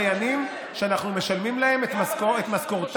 יש דיינים שאנחנו משלמים להם את משכורתם,